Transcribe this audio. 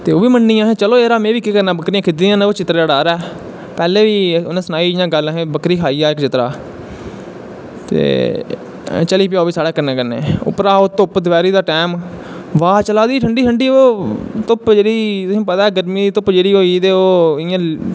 ते ओह् बी मन्नियां अहैं चलो जरा में केह् करना ऐ बकरियां खिद्दी दियां न वा चित्तरे दा डर ऐ पैह्लें बी उनैं सनाई ही गल्ल कि बकरी खाहिया हा चित्तरा ते चली पेआ ओह् बी साढ़े कन्नै कन्नै दपैह्रां दा टैम उप्परा दा धुप्प ब्हा चला दी ही ठंडी ठंडी वा धुप्प तुसेंगी पता ऐ गर्मियें दी धुप्प जेह्ड़ी होई ते ओह् इयां